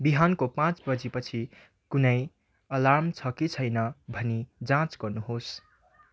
बिहानको पाँच बजीपछि कुनै अलार्म छ कि छैन भनी जाँच गर्नुहोस्